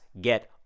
get